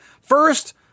First